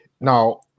Now